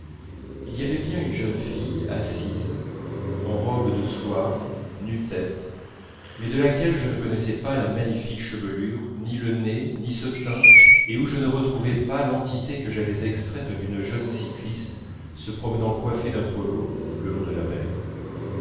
il y avait bien une jeune fille assise en robe de soie nu-tête mais de laquelle je ne connaissais pas la magnifique chevelure ni le nez ni ce teint et où je ne retrouvais pas l'entité que j'avais extraite d'une jeune cycliste se promenant coiffée d'un polo le long de la mer